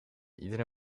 iedere